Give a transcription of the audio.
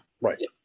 Right